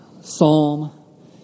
psalm